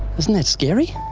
isn't that scary?